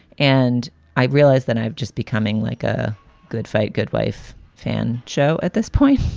and i realize that i've just becoming like a good fight, good wife fan show at this point.